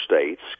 states